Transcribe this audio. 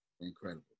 Incredible